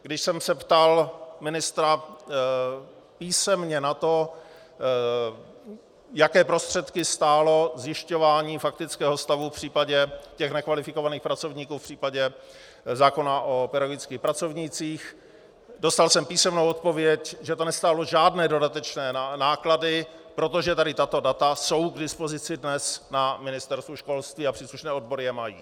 Když jsem se ptal ministra písemně na to, jaké prostředky stálo zjišťování faktického stavu v případě těch nekvalifikovaných pracovníků v případě zákona o pedagogických pracovnících, dostal jsem písemnou odpověď, že to nestálo žádné dodatečné náklady, protože tady tato data jsou k dispozici dnes na Ministerstvu školství a příslušné odbory je mají.